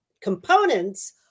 components